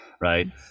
Right